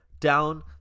down